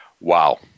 Wow